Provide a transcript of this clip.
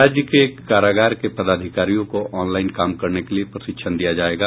राज्य के कारागार के पदाधिकारियों को ऑनलाईन काम करने के लिये प्रशिक्षण दिया जायेगा